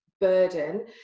burden